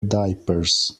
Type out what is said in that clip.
diapers